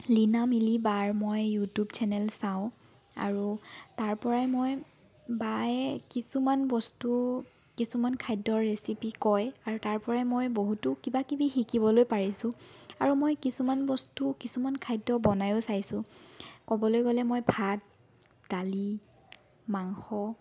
লিনা মিলি বাৰ মই ইউটিউব চেনেল চাওঁ আৰু তাৰপৰাই মই বায়ে কিছুমান বস্তু কিছুমান খাদ্য ৰেচিপি কয় আৰু তাৰ পৰাই মই বহুতো কিবা কিবি শিকিবলৈ পাৰিছোঁ আৰু মই কিছুমান বস্তু কিছুমান খাদ্য বনাইও চাইছোঁ ক'বলৈ গ'লে মই ভাত দালি মাংস